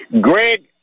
Greg